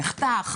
נחתך.